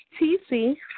TC